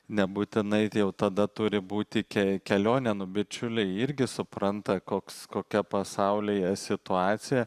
nebūtinai jau tada turi būti ke kelionės nu bičiuliai irgi supranta koks kokia pasaulyje situacija